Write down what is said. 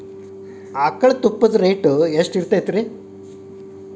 ಆಕಳಿನ ತುಪ್ಪದ ರೇಟ್ ಎಷ್ಟು ಇರತೇತಿ ರಿ?